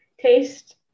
taste